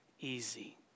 easy